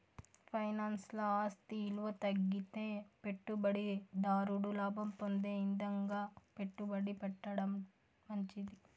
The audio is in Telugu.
ఫైనాన్స్ల ఆస్తి ఇలువ తగ్గితే పెట్టుబడి దారుడు లాభం పొందే ఇదంగా పెట్టుబడి పెట్టడం మంచిది